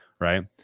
right